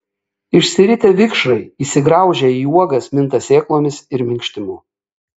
išsiritę vikšrai įsigraužia į uogas minta sėklomis ir minkštimu